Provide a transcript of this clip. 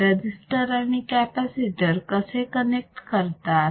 हे रजिस्टर आणि कॅपॅसिटर कसे कनेक्ट करतात